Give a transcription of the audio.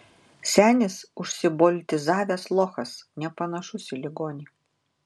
senis užsiboltizavęs lochas nepanašus į ligonį